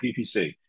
PPC